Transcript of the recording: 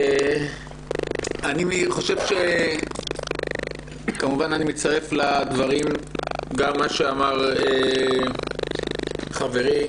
אני כמובן מצטרף לדברים שאמר חברי,